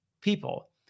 people